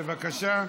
בבקשה.